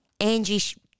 Angie